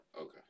Okay